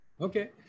Okay